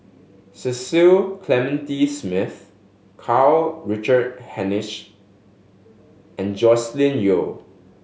Cecil Clementi Smith Karl Richard Hanitsch and Joscelin Yeo